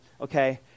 okay